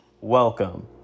Welcome